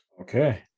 Okay